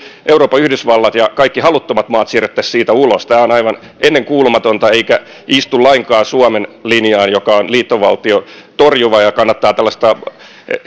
euroopan yhdysvallat ja kaikki haluttomat maat siirrettäisiin siitä ulos tämä on aivan ennenkuulumatonta eikä istu lainkaan suomen linjaan joka on liittovaltiotorjuva ja kannattaa tällaista